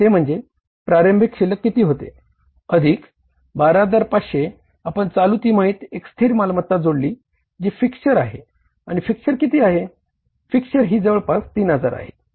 ते म्हणजे प्रारंभिक शिल्लक हि जवळपास 3000 आहे